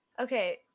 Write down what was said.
Okay